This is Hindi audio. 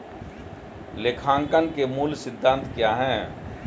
लेखांकन के मूल सिद्धांत क्या हैं?